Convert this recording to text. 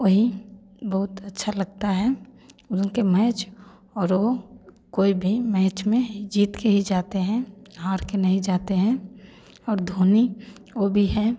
वही बहुत अच्छा लगता है और उनके मैच और वो कोई भी मैच में जीत के जाते हैं हार के नहीं जातें और धोनी वो भी हैं